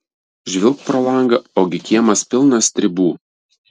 žvilgt pro langą ogi kiemas pilnas stribų